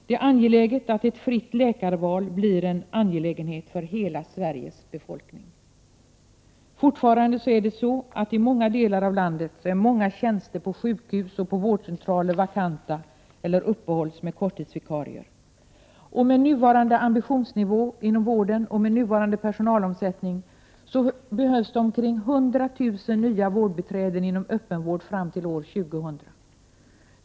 Det är viktigt att ett fritt läkarval blir en angelägenhet för hela Sveriges befolkning. I många delar av landet är många tjänster på sjukhus och vårdcentraler fortfarande vakanta eller uppehålls med korttidsvikarier. Med nuvarande ambitionsnivå inom vården och med nuvarande personalomsättning behövs det omkring 100 000 nya vårdbiträden inom öppenvård fram till år 2000.